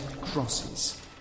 crosses